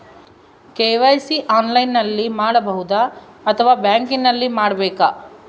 KYC ಆನ್ಲೈನಲ್ಲಿ ಮಾಡಬಹುದಾ ಅಥವಾ ಬ್ಯಾಂಕಿನಲ್ಲಿ ಮಾಡ್ಬೇಕಾ?